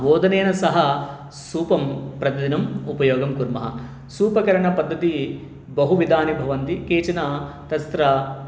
ओदनेन सह सूपं प्रतिदिनम् उपयोगं कुर्मः सूपकरणपद्धतिः बहुविधाः भवन्ति काश्चन तत्र